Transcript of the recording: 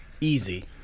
easy